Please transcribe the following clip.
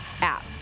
app